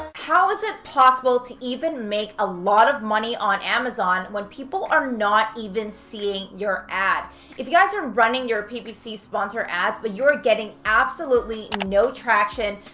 how is it possible to even make a lot of money on amazon when people are not even seeing your ad? if you guys are running your ppc sponsored ads but you're getting absolutely no traction,